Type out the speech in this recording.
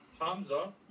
Hamza